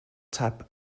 tap